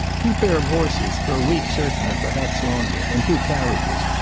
two pair of horses for a week certain, and perhaps longer, and two carriages.